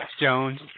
Jones